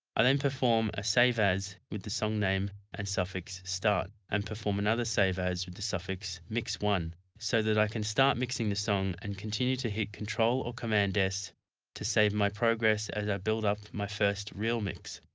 i then perform a save as with the song name and suffix start and perform another save as with the suffix mix one so that i can start mixing the song and continue to hit control or command s to save my progress as i build up my first real mix.